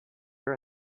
are